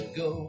go